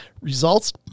Results